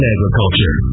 Agriculture